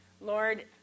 Lord